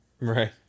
Right